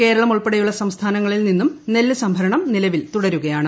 കേരളം ഉൾപ്പെടെയുള്ള സംസ്ഥാനങ്ങളിൽ നിന്നും നെല്ല് സംഭരണം നിലവിൽ തുടരുകയാണ്